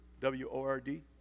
W-O-R-D